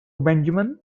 benjamin